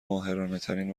ماهرانهترین